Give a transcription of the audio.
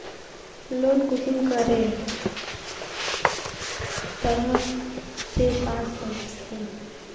Loan कुंसम करे तरह से पास होचए?